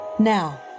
Now